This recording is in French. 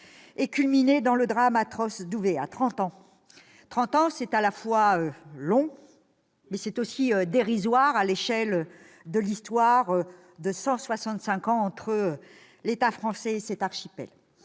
et culminé lors du drame atroce d'Ouvéa. Trente ans ! C'est à la fois long et dérisoire à l'échelle de l'histoire de 165 ans entre l'État français et cet archipel.